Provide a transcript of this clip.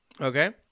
Okay